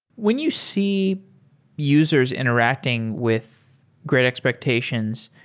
when you see users interacting with great expectations,